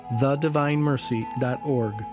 thedivinemercy.org